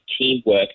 teamwork